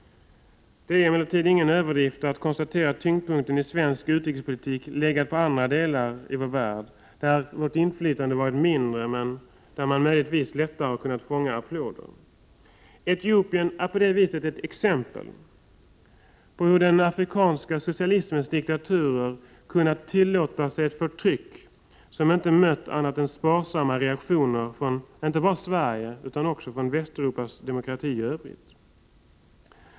Det är emellertid ingen överdrift att konstatera att tyngdpunkten i svensk utrikespolitik legat på andra delar av vår värld, där Sveriges inflytande varit mindre men där man möjligtvis lättare kunnat fånga applåder. Etiopien är på det viset ett exempel på hur den afrikanska socialismens diktaturer kunnat tillåta sig ett förtryck, som inte mött annat än sparsamma reaktioner från inte bara Sverige utan även Västeuropas demokratier i övrigt.